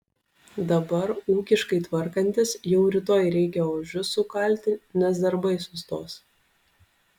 dabar ūkiškai tvarkantis jau rytoj reikia ožius sukalti nes darbai sustos